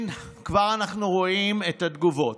כן, כבר אנחנו רואים את התגובות.